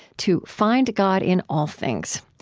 to find god in all things.